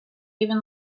even